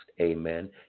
Amen